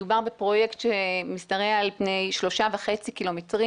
מדובר בפרויקט שמשתרע על פני 3.5 קילומטרים